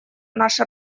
наша